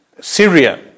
Syria